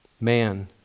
Man